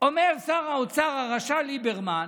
שר האוצר הרשע ליברמן,